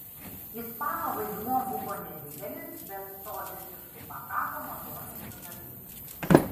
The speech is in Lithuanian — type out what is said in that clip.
ispano vaidmuo buvo nedidelis bet to visiškai pakako madonai sužavėti